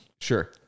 Sure